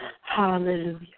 hallelujah